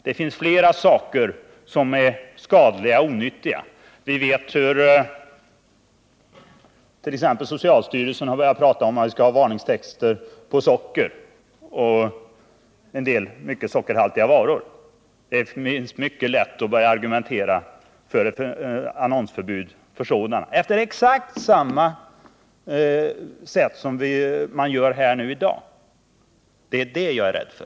Det finns flera varor som är både onyttiga och skadliga. Vi vet t.ex. att socialstyrelsen har börjat tala om varningstexter på sockerpaket och en del mycket sockerhaltiga varor. Det är lätt hänt att man börjar argumentera för annonsförbud mot sådana varor på samma sätt som görs här i dag beträffande alkoholdrycker och tobaksvaror. Det är det jag är rädd för.